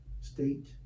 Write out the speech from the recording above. state